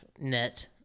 net